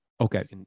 Okay